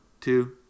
two